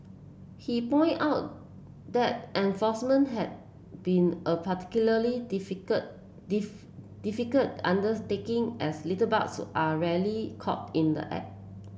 he point out that enforcement had been a particularly difficult difficult undertaking as litterbugs are rarely caught in the act